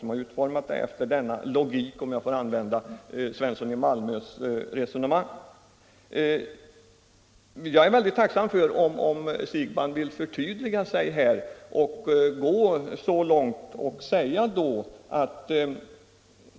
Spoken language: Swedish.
Den är — för att använda herr Svenssons i Malmö ord — utformad enligt denna logik. Jag vore mycket tacksam om herr Siegbahn ville förtydliga sig på denna punkt.